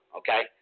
okay